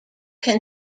can